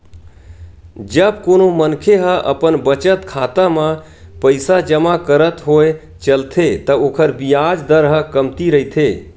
जब कोनो मनखे ह अपन बचत खाता म पइसा जमा करत होय चलथे त ओखर बियाज दर ह कमती रहिथे